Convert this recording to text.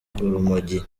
urumogi